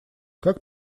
как